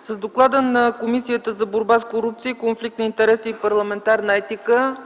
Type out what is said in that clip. С доклада на Комисията за борба с корупция, конфликт на интереси и парламентарна етика